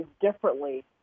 differently